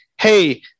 Hey